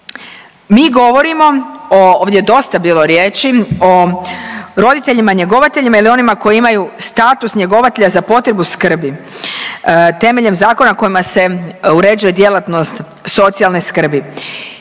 mi govorimo o, ovdje je dosta bilo riječi o roditeljima njegovateljima ili onima koji imaju status njegovatelja za potrebu skrbi temeljem zakona kojima se uređuje djelatnost socijalne skrbi